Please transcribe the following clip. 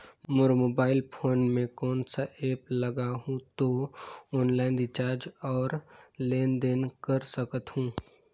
मोर mobile phone मे कोन सा एप्प लगा हूं तो ऑनलाइन रिचार्ज और लेन देन कर सकत हू?